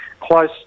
close